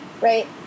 right